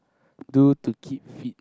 do to keep fit